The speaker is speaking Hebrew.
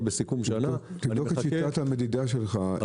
בסיכום השנה -- תבדוק את שיטת המדידה שלך.